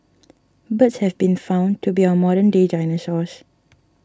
birds have been found to be our modern day dinosaurs